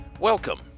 Welcome